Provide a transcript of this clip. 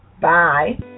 Bye